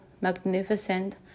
magnificent